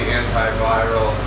antiviral